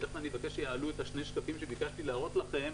תיכף אני אבקש שיעלו את שני השקפים שביקשתי להראות לכם.